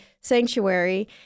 sanctuary